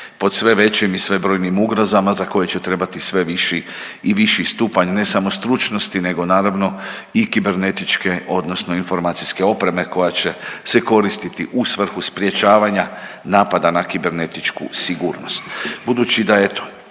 pod sve većim i sve brojnijim ugrozama za koje će trebati sve viši i viši stupanj, ne samo stručnosti nego naravno i kibernetičke odnosno informacijske opreme koja će se koristiti u svrhu sprječavanja napada na kibernetičku sigurnost. Budući da eto